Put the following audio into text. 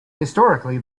historically